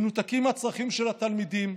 מנותקים מהצרכים של התלמידים,